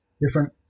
different